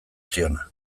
ziona